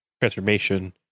transformation